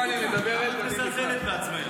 "נתניהו רגיל לשקר לכולם וכל הזמן.